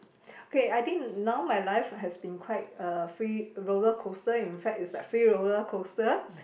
okay I think now my life has been quite a free roller coaster in fact it's like free roller coaster